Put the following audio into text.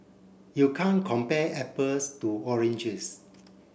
you can't compare apples to oranges